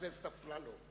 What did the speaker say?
חבר הכנסת אפללו.